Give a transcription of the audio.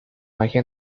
magia